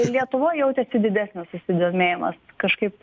lietuvoj jautėsi didesnis susidomėjimas kažkaip